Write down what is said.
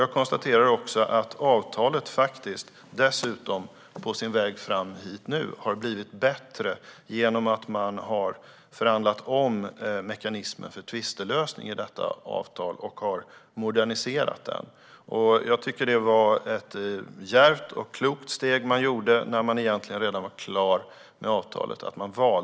Jag konstaterar också att avtalet faktiskt dessutom på sin väg fram hit har blivit bättre genom att man har omförhandlat mekanismen för tvistelösning och moderniserat den. Jag tycker att det var djärvt och klokt att man valde att göra detta när man egentligen redan var klar med avtalet.